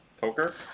Poker